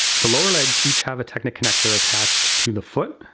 the lower legs each have a technic connector attached to the foot,